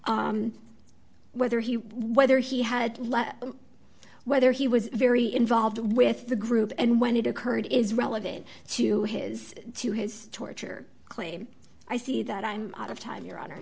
whether he whether he had whether he was very involved with the group and when it occurred is relevant to his to his torture claim i see that i'm out of time your hon